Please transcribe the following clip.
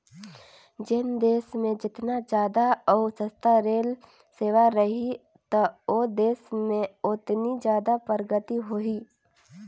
जेन देस मे जेतना जादा अउ सस्ता रेल सेवा रही त ओ देस में ओतनी जादा परगति होही